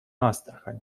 астрахань